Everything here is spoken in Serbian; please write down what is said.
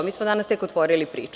Mi smo danas tek otvorili priču.